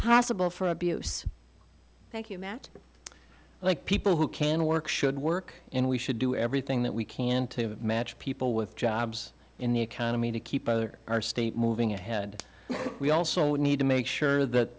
possible for abuse thank you matt like people who can work should work and we should do everything that we can to match people with jobs in the economy to keep either our state moving ahead we also need to make sure that